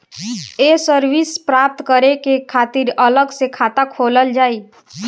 ये सर्विस प्राप्त करे के खातिर अलग से खाता खोलल जाइ?